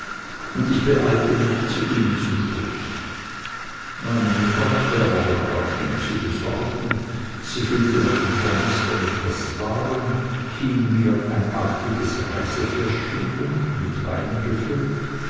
und ich beeilte mich zu ihnen zu stoßen meine mutter hatte aber noch gar viel zu besorgen sie füllte meinen tornister mit eßwaren hing mir ein artiges reisefläschchen um mit wein gefüllt